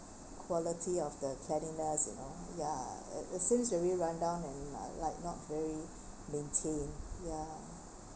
quality of the cleanliness you know ya it it seems really run down and uh like not very maintained ya